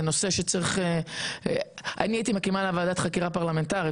אני הייתי מקימה ועדת חקירה פרלמנטרית.